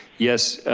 yes,